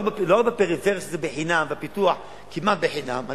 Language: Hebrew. לא בפריפריה, שזה בחינם והפיתוח כמעט בחינם.